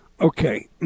Okay